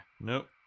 Nope